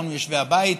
והמון מיושבי הבית,